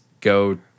go